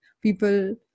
people